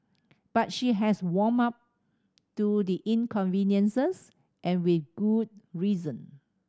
but she has warmed up to the inconveniences and with good reason